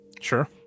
sure